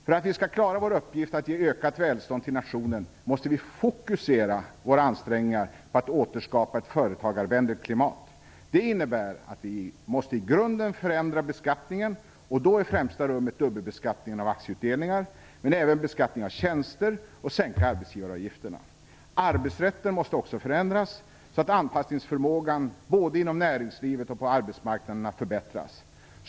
För att vi skall klara vår uppgift att ge ökat välstånd till nationen måste vi fokusera våra ansträngningar på att återskapa ett företagarvänligt klimat. Det innebär att vi måste i grunden förändra beskattningen, och då i främsta rummet dubbelbeskattningen av aktieutdelningar, men även beskattningen av tjänster, samt sänka arbetsgivaravgifterna. Arbetsrätten måste också förändras så att anpassningsförmågan både inom näringslivet och på arbetsmarknaden förbättras.